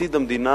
שעתיד המדינה